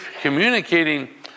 communicating